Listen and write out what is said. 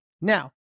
Now